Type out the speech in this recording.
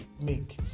make